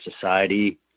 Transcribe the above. society